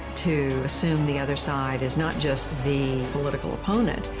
to assume the other side is not just the political opponent,